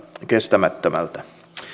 kestämättömältä